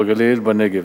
בגליל ובנגב.